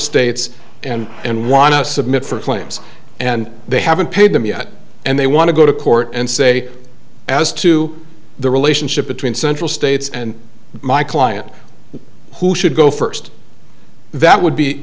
states and and want to submit for claims and they haven't paid them yet and they want to go to court and say as to the relationship between central states and my client who should go first that would be